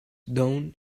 done